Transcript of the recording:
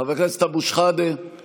חבר הכנסת אבו שחאדה,